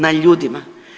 Na ljudima.